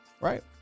Right